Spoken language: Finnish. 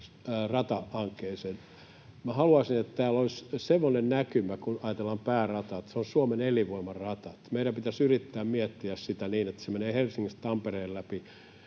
ratahankkeeseen: Minä haluaisin, että täällä olisi semmoinen näkymä, kun ajatellaan päärataa, että se olisi Suomen elinvoimarata. Meidän pitäisi yrittää miettiä sitä niin, että se menee Helsingistä Tampereen läpi